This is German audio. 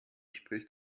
spricht